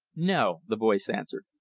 no! the voice answered.